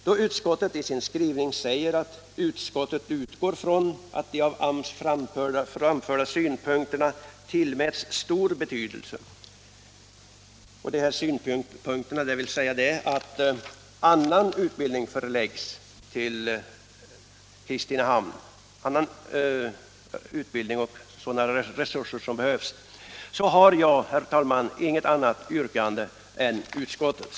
Då utskottet i sin skrivning säger att det utgår ifrån att de av AMS framförda synpunkterna tillmäts stor betydelse, dvs. att annan utbildning i AMS regi förläggs till Kristinehamn, har jag, herr talman, inget annat yrkande än utskottets.